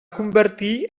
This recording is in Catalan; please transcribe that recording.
convertir